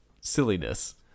silliness